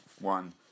One